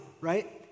right